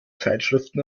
zeitschriften